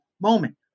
moment